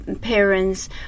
parents